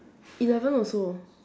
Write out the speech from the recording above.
eleven also